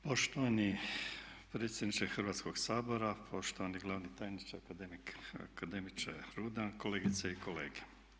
Poštovani predsjedniče Hrvatskog sabora, poštovani glavni tajniče akademiče Rudan, kolegice i kolege.